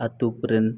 ᱟᱹᱛᱩ ᱠᱚᱨᱮᱱ